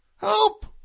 Help